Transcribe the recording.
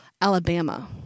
Alabama